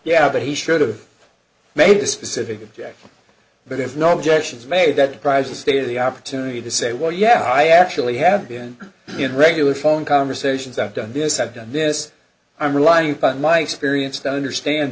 yeah but he should've made a specific objection but there's no objections made that drives the state of the opportunity to say well yeah i actually have been in regular phone conversations i've done this i've done this i'm relying on my experience to understand